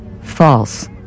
false